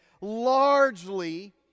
Largely